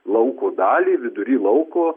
lauko dalį vidury lauko